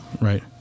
right